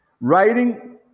writing